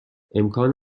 امکان